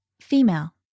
female